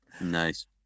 Nice